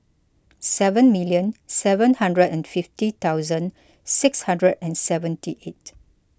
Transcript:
seven million seven hundred and fifty thousand six hundred and seventy eight